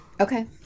Okay